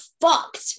fucked